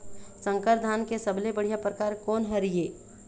संकर धान के सबले बढ़िया परकार कोन हर ये?